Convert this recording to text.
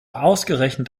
ausgerechnet